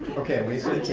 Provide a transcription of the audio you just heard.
okay, lisa